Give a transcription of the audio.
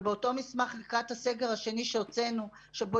ובאותו מסמך לקראת הסגר השני שהוצאנו שבו